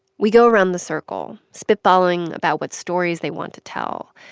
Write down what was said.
we go around the circle, spit-balling about what stories they want to tell.